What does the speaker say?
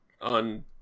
on